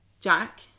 Jack